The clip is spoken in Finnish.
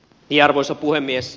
arvoisa puhemies